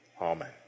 Amen